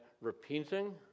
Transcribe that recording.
repenting